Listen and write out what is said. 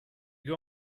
you